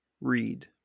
read